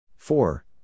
Four